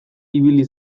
ibili